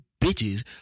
bitches